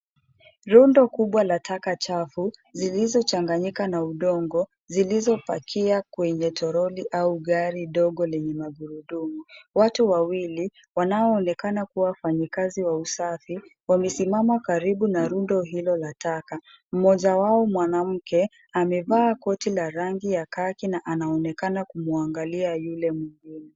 Rundo kubwa la taka chafu, zilizo changanyika na udongo, zilizopakia kwenye toroli au gari dogo lenye magurudumu. Watu wawili wanaoonekana kuwa wafanyikazi wa usafi, wamesimama karibu na rundo hilo la taka. Mmoja wao mwanamke amevaa koti la rangi ya khaki na anaonekana kumwangalia yule mwingine.